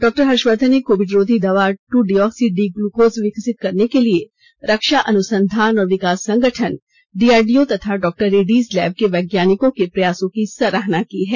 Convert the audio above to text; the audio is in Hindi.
डॉक्टर हर्षवर्धन ने कोविड रोधी दवा टू डीऑक्सी डी ग्लूकोस विकसित करने के लिए रक्षा अनुसंधान और विकास संगठन डीआरडीओ तथा डॉक्टर रेड्डीज लैब के वैज्ञानिकों के प्रयासों की सराहना की है